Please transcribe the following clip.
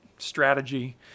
Strategy